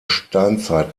steinzeit